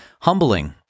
humbling